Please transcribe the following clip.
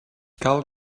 cal